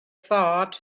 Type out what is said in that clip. thought